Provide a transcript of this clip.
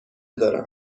دارم